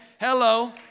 Hello